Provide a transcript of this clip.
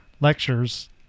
lectures